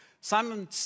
Simon